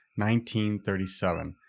1937